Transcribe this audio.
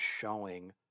showing